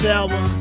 album